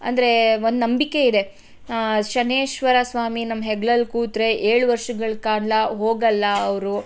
ಅಂದರೆ ಒಂದು ನಂಬಿಕೆ ಇದೆ ಶನೈಶ್ವರ ಸ್ವಾಮಿ ನಮ್ಮ ಹೆಗ್ಲಲ್ಲಿ ಕೂತರೆ ಏಳು ವರ್ಷಗಳ ಕಾಲ ಹೋಗಲ್ಲ ಅವರು